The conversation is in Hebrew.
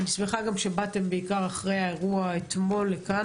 אני שמחה שבאתם בעיקר אחרי האירוע אתמול לכאן,